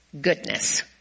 goodness